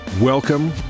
Welcome